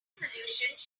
solutions